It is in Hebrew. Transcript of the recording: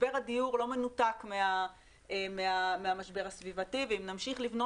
משבר הדיור לא מנותק מהמשבר הסביבתי ואם נמשיך לבנות